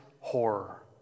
horror